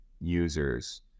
users